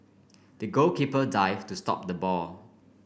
the goalkeeper dived to stop the ball